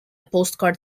postcard